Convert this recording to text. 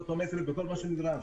וכל מה שנדרש.